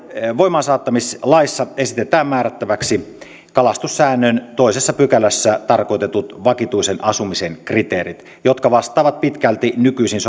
voimaansaattamislaissa esitetään määrättäväksi kalastussäännön toisessa pykälässä tarkoitetut vakituisen asumisen kriteerit jotka vastaavat pitkälti nykyisin